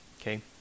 okay